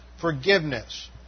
forgiveness